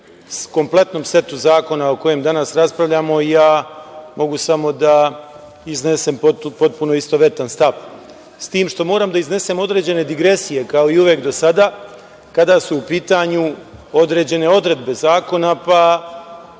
kompletnom setu zakona o kojem danas raspravljamo, mogu samo da iznesem potpuno istovetan stav.S tim, što moram da iznesem određene digresije, kao i uvek do sada, kada su u pitanju određene odredbe zakona, pa